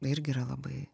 irgi yra labai